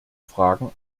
fragen